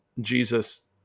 Jesus